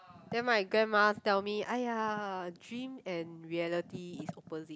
then my grandma tell me !aiya! dream and reality is opposite